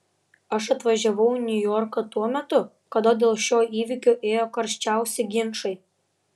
aš atvažiavau į niujorką tuo metu kada dėl šio įvykio ėjo karščiausi ginčai